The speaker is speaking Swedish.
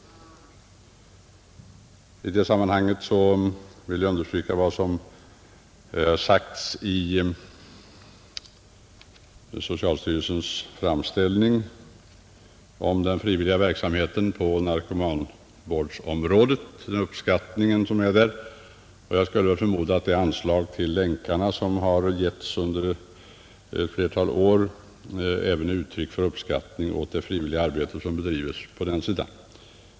I det här sammanhanget vill jag understryka vad som sagts i socialstyrelsens framställning om den frivilliga verksamheten på narkomanvårdsområdet, och jag skulle förmoda att det anslag till Länkarna som har getts under ett flertal år även är ett uttryck för uppskattning av det frivilliga arbete som bedrives på den sidan.